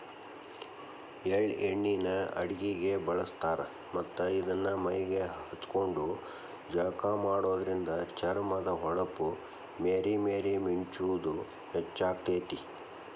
ಎಳ್ಳ ಎಣ್ಣಿನ ಅಡಗಿಗೆ ಬಳಸ್ತಾರ ಮತ್ತ್ ಇದನ್ನ ಮೈಗೆ ಹಚ್ಕೊಂಡು ಜಳಕ ಮಾಡೋದ್ರಿಂದ ಚರ್ಮದ ಹೊಳಪ ಮೇರಿ ಮೇರಿ ಮಿಂಚುದ ಹೆಚ್ಚಾಗ್ತೇತಿ